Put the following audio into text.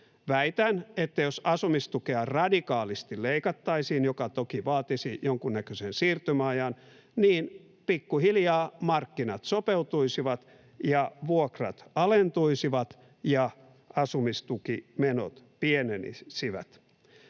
Väitän, että jos asumistukea radikaalisti leikattaisiin, mikä toki vaatisi jonkunnäköisen siirtymäajan, niin pikkuhiljaa markkinat sopeutuisivat ja vuokrat alentuisivat ja asumistukimenot pienenisivät.